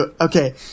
okay